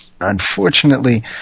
Unfortunately